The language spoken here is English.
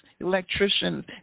electricians